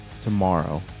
tomorrow